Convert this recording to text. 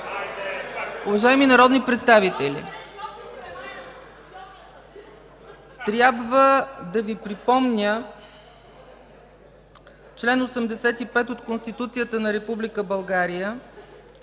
Уважаеми народни представители, трябва да Ви припомня чл. 85 от Конституцията на